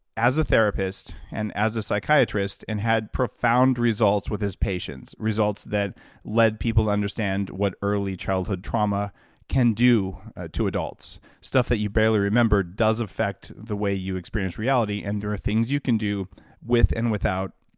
as a therapist and as a psychiatrist, and had profound results with his patients. results that led people to understand what early childhood trauma can do to adults. stuff that you barely remember does affect the way you experience reality, and there are things you can do with and without